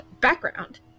background